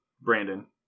Brandon